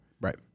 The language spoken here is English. right